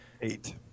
Eight